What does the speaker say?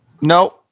No